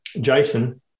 Jason